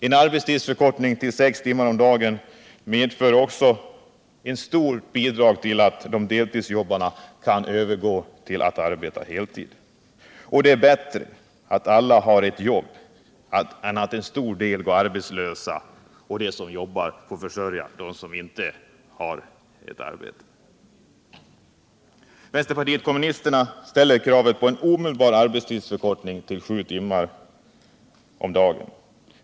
Enarbetstidsförkortning till sex timmar om dagen medför att en stor del av de deltidsjobbande kan övergå till heltid. Det är bättre att alla har jobb än att en stor del går arbetslösa och att de som jobbar får försörja dem som inte har något arbete. Vänsterpartiet kommunisterna ställer kravet på en omedelbar arbetstidsförkortning till sju timmars arbetsdag.